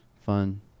fun